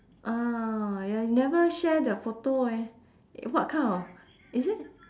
ah ya you never share the photo eh what kind of is it